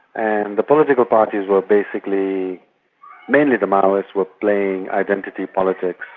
and the political parties were basically mainly the maoists were playing identity politics.